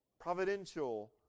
providential